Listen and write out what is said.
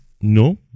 No